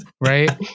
right